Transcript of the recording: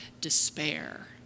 despair